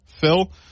Phil